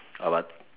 uh what